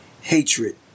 hatred